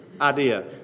idea